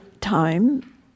time